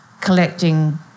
collecting